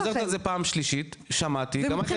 אפרת את חוזרת על זה פעם שלישית שמעתי ואני לא מקבל.